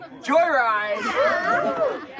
Joyride